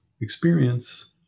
experience